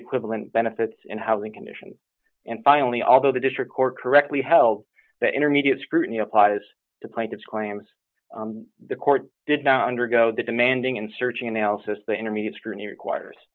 equivalent benefits and housing conditions and finally although the district court correctly held that intermediate scrutiny applies to plaintiff's claims the court did not undergo the demanding and searching analysis the intermediate scrutiny requires